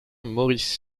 maurice